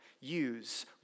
use